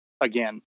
again